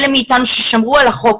אלה מאתנו ששמרו על החוק